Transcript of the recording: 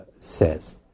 says